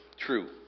true